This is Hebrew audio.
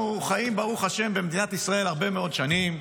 אנחנו חיים במדינת ישראל כבר הרבה מאוד שנים,